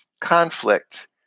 conflict